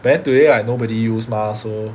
but then today like nobody use mah so